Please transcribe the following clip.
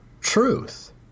truth